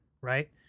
right